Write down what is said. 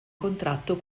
contratto